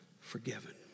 forgiven